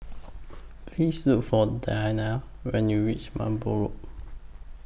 Please Look For Diane when YOU REACH Merbau Road